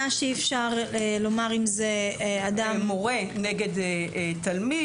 שאי אפשר לומר אם זה אדם --- מורה נגד תלמיד,